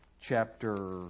chapter